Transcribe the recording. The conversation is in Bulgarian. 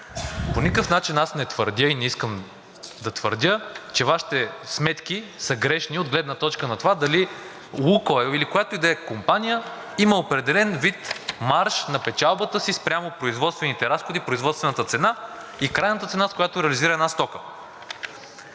По никакъв начин аз не твърдя и не искам да твърдя, че Вашите сметки са грешни от гледна точка на това дали „Лукойл“, или която и да е компания има определен вид марж на печалбата си спрямо производствените разходи и производствената цена и крайната цена, с която реализира една стока.